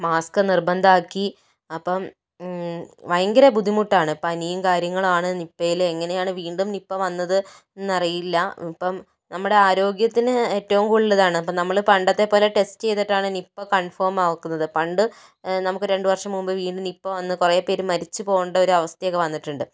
mask നിർബന്ധം ആക്കി അപ്പം ഭയങ്കര ബുദ്ധിമുട്ടാണ് പനിയും കാര്യങ്ങളുമാണ് നിപ്പയില് എങ്ങനെയാണ് വീണ്ടും നിപ്പ വന്നത് എന്നറിയില്ല ഇപ്പോൾ നമ്മുടെ ആരോഗ്യത്തിന് ഏറ്റവും കൂടുതൽ ഇതാണ് നമ്മള് പണ്ടത്തെ പോലെ ടെസ്റ്റ് ചെയ്തിട്ടാണ് നിപ്പ കൺഫോം ആകുന്നത് പണ്ട് രണ്ട് വർഷം മുൻപ്പ് വീണ്ടും നിപ്പ വന്ന് കുറെ പേര് മരിച്ച് പോകേണ്ട ഒരു അവസ്ഥയൊക്കെ വന്നിട്ടുണ്ട്